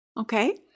Okay